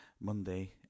Monday